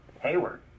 Hayward